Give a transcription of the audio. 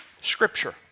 Scripture